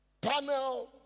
panel